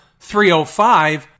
305